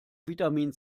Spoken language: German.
vitamin